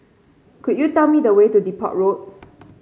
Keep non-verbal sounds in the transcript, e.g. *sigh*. could you tell me the way to Depot Road *noise*